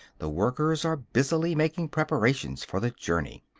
the workers are busily making preparations for the journey.